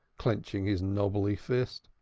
clenching his knobby fist.